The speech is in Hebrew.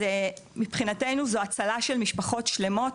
מבחינתנו זו הצלה של משפחות שלמות,